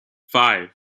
five